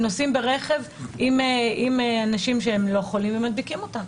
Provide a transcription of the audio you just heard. הם נוסעים ברכב עם אנשים שהם לא חולים ומדביקים אותם.